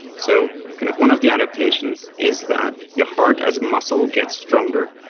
so kind of one of the adaptations is that your heart as muscle gets stronger,